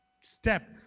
step